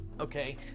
okay